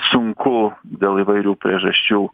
sunku dėl įvairių priežasčių